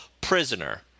prisoner